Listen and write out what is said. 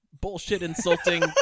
bullshit-insulting